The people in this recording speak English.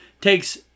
takes